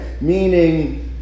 meaning